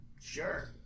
Sure